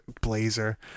Blazer